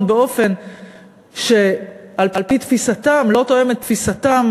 באופן שעל-פי תפיסתם לא תואם את תפיסתם